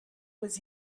was